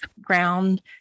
ground